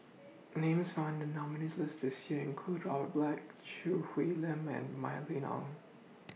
Names found in The nominees' list This Year include Robert Black Choo Hwee Lim and Mylene Ong